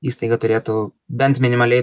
įstaiga turėtų bent minimaliai